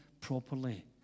properly